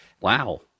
Wow